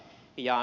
kysyn